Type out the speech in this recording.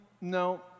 no